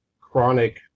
chronic